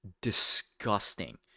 disgusting